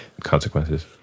consequences